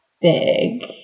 big